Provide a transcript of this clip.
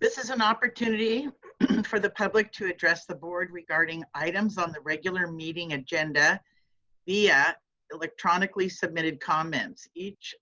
this is an opportunity for the public to address the board regarding items on the regular meeting agenda via electronically submitted comments. each